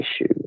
issue